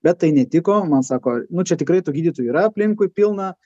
bet tai netiko man sako nu čia tikrai tų gydytojų yra aplinkui pilna